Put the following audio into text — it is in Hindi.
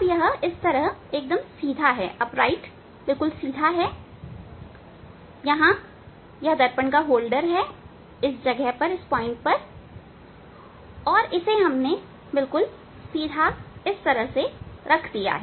अब यह इस तरह एकदम सीधा है इस तरह से ठीक हैयहां दर्पण का होल्डर है इस जगह पर और हमने इसे सीधा रख दिया है